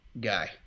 guy